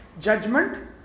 judgment